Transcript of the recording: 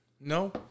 No